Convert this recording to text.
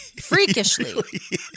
Freakishly